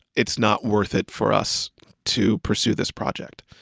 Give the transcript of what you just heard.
it's not worth it for us to pursue this project.